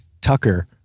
Tucker